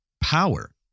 power